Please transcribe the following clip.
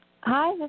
Hi